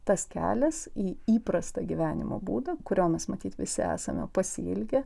tas kelias į įprastą gyvenimo būdą kurio mes matyt visi esame pasiilgę